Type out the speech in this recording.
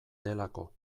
delako